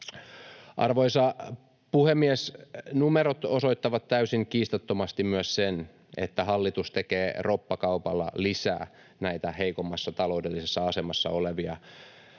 Arvoisa puhemies! Numerot osoittavat täysin kiistattomasti myös sen, että hallitus tekee roppakaupalla lisää näitä heikoimmassa taloudellisessa asemassa olevia.